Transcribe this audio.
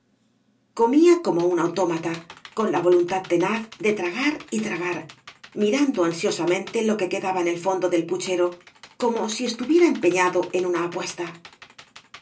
comía como un autómata con la voluntad tenaz de tragar y tragar mirando ansiosamente lo que quedaba en el fondo del puchero como si estuviera empeñado en una apuesta